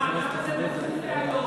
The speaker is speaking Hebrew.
למה זה דחוף להיום?